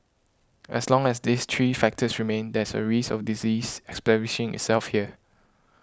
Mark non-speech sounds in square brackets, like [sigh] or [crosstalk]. as long as these three factors remain there's a risk of disease [unintelligible] itself here